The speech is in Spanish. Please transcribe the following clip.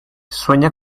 sueña